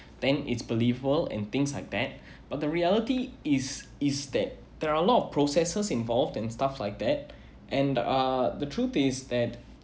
then it's believable and things like that but the reality is is that there are a lot of processes involved and stuff like that and uh the truth is that